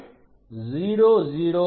001 centimetre